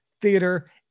Theater